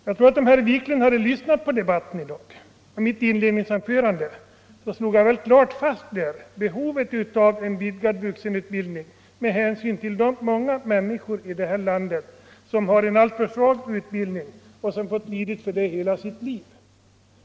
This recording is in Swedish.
Jag tror att om herr Wiklund hade lyssnat på mitt 20 maj 1975 inledningsanförande i den här debatten, hade han kunnat märka attjag LL klart slog fast behovet av en vidgad vuxenutbildning med hänsyn till Vuxenutbildningen, de många människor här i landet som har en alltför svag utbildning = m.m. och som fått lida för det hela sitt liv.